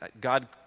God